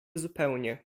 zupełnie